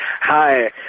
Hi